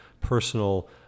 personal